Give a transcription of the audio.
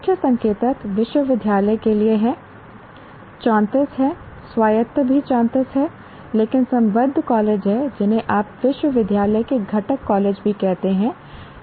मुख्य संकेतक विश्वविद्यालय के लिए हैं 34 हैं स्वायत्त भी 34 हैं लेकिन संबद्ध कॉलेज हैं जिन्हें आप विश्वविद्यालय के घटक कॉलेज भी कहते हैं यह भी 32 है